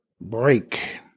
break